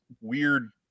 weird